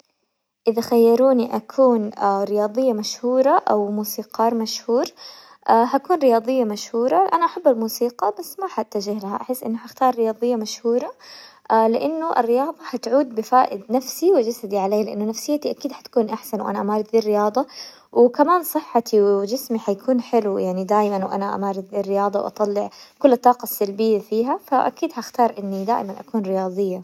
اذا خيروني اكون رياضية مشهورة او موسيقار مشهور، حكون رياضية مشهورة، انا احب الموسيقى بس ما حتجهلها، احس اني حختار رياضية مشهورة، لانه الرياضة حتعود بفائد نفسي وجسدي علي لانه نفسيتي اكيد حتكون احسن وانا ما اقدر رياضة، وكمان صحتي وجسمي حيكون حلو يعني دايما وانا امارس بالرياضة واطلع كل الطاقة السلبية فيها، فاكيد حختار اني دائما اكون رياضية.